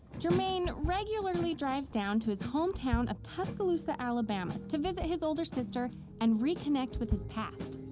jermaine regularly drives down to his hometown of tuscaloosa, alabama to visit his older sister and reconnect with his past.